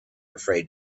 afraid